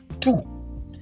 two